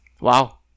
wow